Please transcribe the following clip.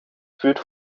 führt